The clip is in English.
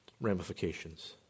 ramifications